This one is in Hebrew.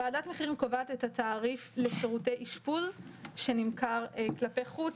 וועדת התקציבים קובעת את התעריף לשירותי אשפוז שנמכר כלפי חוץ,